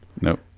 Nope